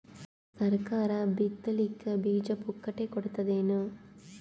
ಸರಕಾರ ಬಿತ್ ಲಿಕ್ಕೆ ಬೀಜ ಪುಕ್ಕಟೆ ಕೊಡತದೇನು?